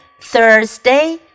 Thursday